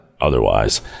Otherwise